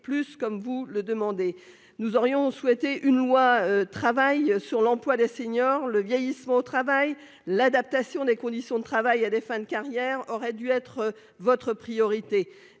comme vous le demandez. Nous aurions souhaité une loi Travail portant sur l'emploi des seniors et le vieillissement au travail. L'adaptation des conditions de travail à la fin de la carrière aurait dû être votre priorité